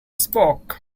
spoke